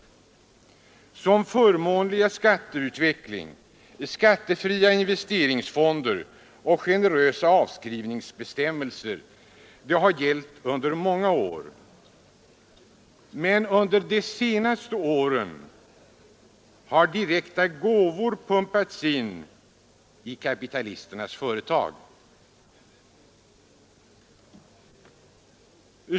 Förmånlig skatteutveckling, skattefria investeringsfonder och generösa avskrivningsbestämmelser har gällt under många år. Men under senare år har direkta gåvor pumpats in i kapitalisternas företag.